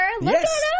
Yes